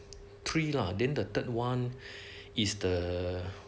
three lah then the third one is the